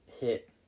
hit